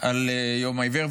על יום העיוור.